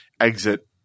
exit